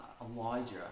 Elijah